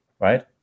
right